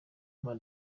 mme